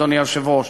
אדוני היושב-ראש,